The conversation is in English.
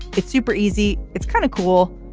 it's super easy. it's kind of cool.